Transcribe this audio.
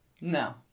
no